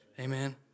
Amen